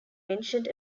mentioned